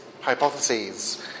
hypotheses